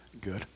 good